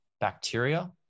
bacteria